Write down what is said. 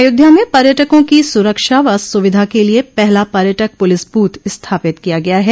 अयोध्या में पर्यटकों की सुरक्षा व सुविधा के लिये पहला पर्यटक पुलिस बूथ स्थापित किया गया है